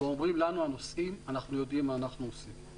ואומרים לנו הנוסעים: אנו יודעים מה אנו עושים.